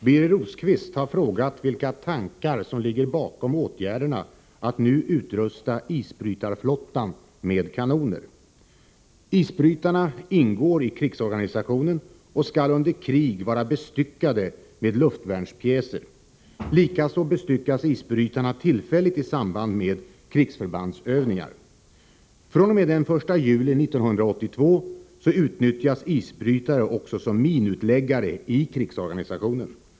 Herr talman! Birger Rosqvist har frågat vilka tankar som ligger bakom åtgärden att nu utrusta isbrytarflottan med kanoner. Isbrytarna ingår i krigsorganisationen och skall under krig vara bestyckade med luftvärnspjäser. Likaså bestyckas isbrytarna tillfälligt i samband med krigsförbandsövningar. fr.o.m. den 1 juli 1982 utnyttjas isbrytare också som minutläggare i krigsorganisationen.